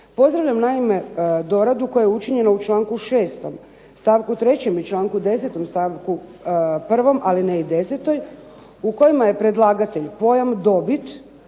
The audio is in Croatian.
Pozdravljam naime doradu koja je učinjena u članku 6. stavku 3. i članku 10. stavku 1. alineji 10., u kojima je predlagatelj pojam dobit